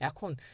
এখন